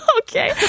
Okay